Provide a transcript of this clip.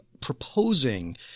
proposing